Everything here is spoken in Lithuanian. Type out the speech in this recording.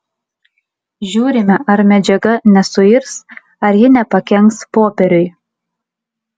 žiūrime ar medžiaga nesuirs ar ji nepakenks popieriui